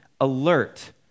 alert